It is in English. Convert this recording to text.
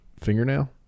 fingernail